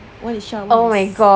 one is sha one is